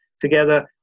together